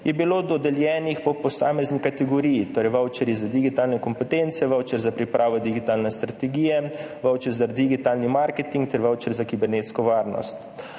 je bilo dodeljenih po posamezni kategoriji, torej vavčerji za digitalne kompetence, vavčer za pripravo digitalne strategije, vavčer za digitalni marketing ter vavčer za kibernetsko varnost?